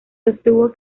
sostuvo